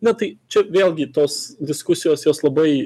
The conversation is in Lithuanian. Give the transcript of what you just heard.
na tai čia vėlgi tos diskusijos jos labai